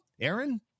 Aaron